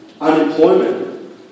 unemployment